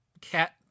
cat